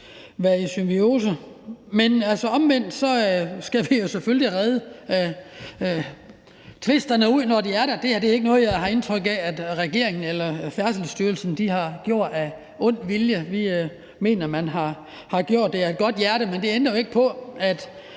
være symbiose. Men omvendt skal vi jo selvfølgelig rede tvisterne ud, når de er der. Det her er ikke noget, jeg har indtryk af regeringen eller Færdselsstyrelsen har gjort af ond vilje. Vi mener, at man har gjort det af et godt hjerte, men det ændrer jo ikke på, at